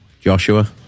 Joshua